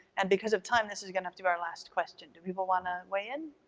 and because of time this is gonna have to be our last question. do people want to weigh in?